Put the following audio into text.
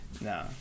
no